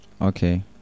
Okay